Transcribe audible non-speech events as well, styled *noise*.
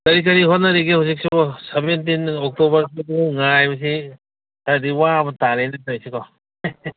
ꯀꯔꯤ ꯀꯔꯤ ꯍꯣꯠꯅꯔꯤꯒꯦ ꯍꯧꯖꯤꯛꯁꯤꯕꯣ ꯁꯕꯦꯟꯇꯤꯟ ꯑꯣꯛꯇꯣꯚꯔ *unintelligible* ꯉꯥꯏꯕꯁꯤ ꯈꯔꯗꯤ ꯋꯥꯕ ꯇꯥꯔꯦꯅꯦ ꯇꯧꯔꯤꯁꯤꯀꯣ